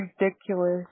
ridiculous